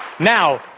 Now